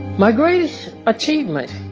my greatest achievement,